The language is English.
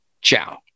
Ciao